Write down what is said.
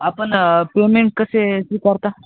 आपण पेमेंट कशाची करता